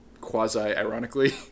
quasi-ironically